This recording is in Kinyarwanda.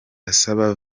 asaba